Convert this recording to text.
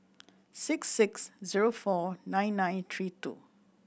six six zero four nine nine three two